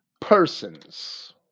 persons